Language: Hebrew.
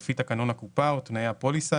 לפי תקנון הקופה או לתנאי הפוליסה,